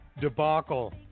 debacle